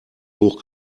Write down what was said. hoch